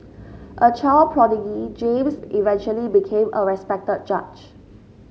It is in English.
a child prodigy James eventually became a respected judge